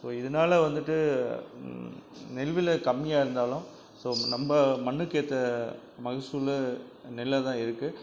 so இதனால வந்துட்டு நெல் விலை கம்மியாக இருந்தாலும் ஸோ நம்ப மண்ணுக்கேற்ற மகசூல் நெல்லாகதான் இருக்குது